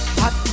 hot